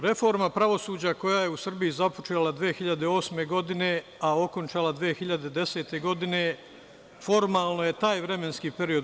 Reforma pravosuđa je u Srbiji započela 2008. godine, a okončala 2010. godine, formalno je taj vremenski period.